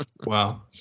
Wow